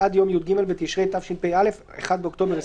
עד יום י"ג בתשרי התשפ"א (1 באוקטובר 2020)